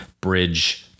Bridge